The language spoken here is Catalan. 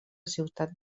ciutat